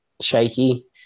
shaky